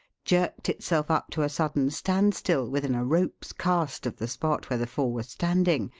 jerked itself up to a sudden standstill within a rope's cast of the spot where the four were standing,